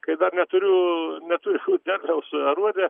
kai dar neturiu neturiu derliaus aruode